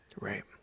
right